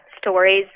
stories